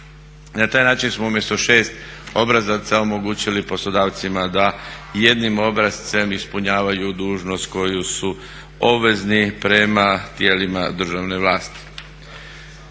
Na taj način smo umjesto šest obrazaca omogućili poslodavcima da jednim obrascem ispunjavaju dužnost koju su obvezni prema tijelima državne vlasti.